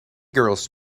girls